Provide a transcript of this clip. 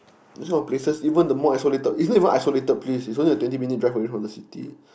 this sort of places even the more isolated it's not even isolated please it's only a twenty minute drive from the city